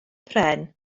pren